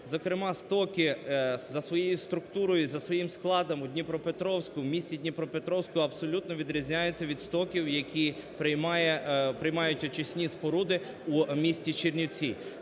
Зокрема, стоки за своєю структурою і за своїм складом у Дніпропетровську, в місті Дніпропетровську абсолютно відрізняються від стоків, які приймає... приймають очисні споруди у місті Чернівці.